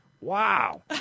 wow